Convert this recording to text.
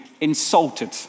insulted